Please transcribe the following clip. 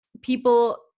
people